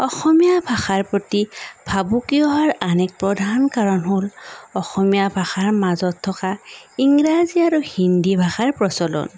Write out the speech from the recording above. অসমীয়া ভাষাৰ প্ৰতি ভাবুকি অহাৰ আন এক প্ৰধান কাৰণ হ'ল অসমীয়া ভাষাৰ মাজত থকা ইংৰাজী আৰু হিন্দী ভাষাৰ প্ৰচলন